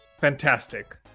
fantastic